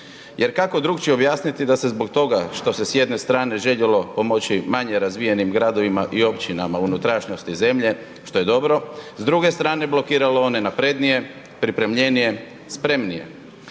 Jer kako drukčije objasniti da se zbog toga što se s jedne strane željelo pomoći manje razvijenim gradovima i općinama u unutrašnjosti zemlje, što je dobro, s druge strane blokiralo one naprednije, pripremljenije, spremnije.